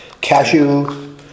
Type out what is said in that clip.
cashew